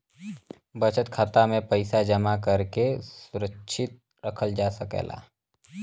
बचत खाता में पइसा जमा करके सुरक्षित रखल जा सकला